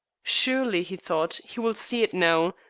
surely, he thought, he will see it now,